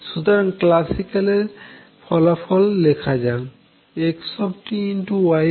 সুতরাং ক্ল্যাসিক্যাল এর ফলাফল লেখা যাক xy αβCDeiαβωnt